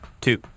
two